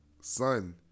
son